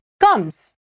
comes